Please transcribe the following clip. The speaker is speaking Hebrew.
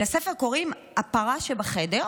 לספר קוראים "הפרה שבחדר,